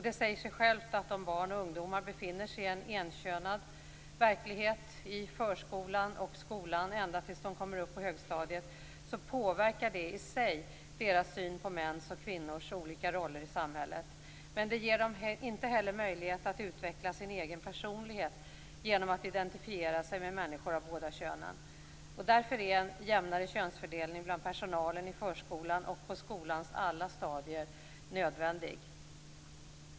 Det säger sig självt att om barn och ungdomar befinner sig i en enkönad verklighet i förskolan och skolan ända till dess att de kommer upp på högstadiet påverkar det i sig deras syn på mäns och kvinnors olika roller i samhället. Men det ger dem inte heller möjlighet att utveckla sin egen personlighet genom att identifiera sig med människor av båda könen. Därför är en jämnare könsfördelning bland personalen i förskolan och på skolans alla stadier nödvändig.